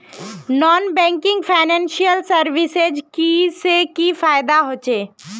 Non banking financial services से की फायदा होचे?